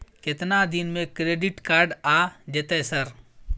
केतना दिन में क्रेडिट कार्ड आ जेतै सर?